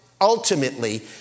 ultimately